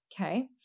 Okay